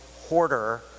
hoarder